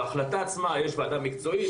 בהחלטה עצמה יש וועדה מקצועית,